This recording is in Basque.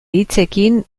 hitzekin